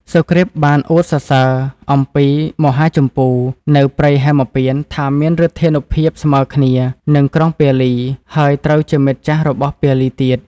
សុគ្រីពបានអួតសរសើរអំពី មហាជម្ពូ នៅព្រៃហេមពាន្តថាមានឫទ្ធានុភាពស្មើគ្នា នឹងក្រុងពាលី ហើយត្រូវជាមិត្តចាស់របស់ពាលីទៀត។